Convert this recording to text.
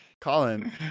Colin